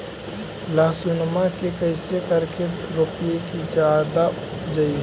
लहसूनमा के कैसे करके रोपीय की जादा उपजई?